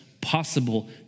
possible